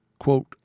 quote